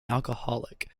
alcoholic